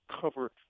cover